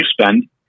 spend